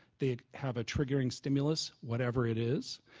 they have a triggering stimulus, whatever it is,